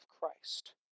Christ